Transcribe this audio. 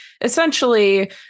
essentially